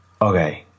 okay